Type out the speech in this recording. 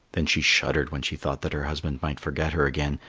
then she shuddered when she thought that her husband might forget her again,